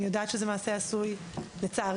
אני יודעת שזה מעשה עשוי, לצערי.